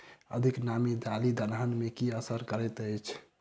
अधिक नामी दालि दलहन मे की असर करैत अछि?